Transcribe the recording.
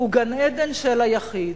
הוא גן-עדן של היחיד.